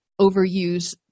overuse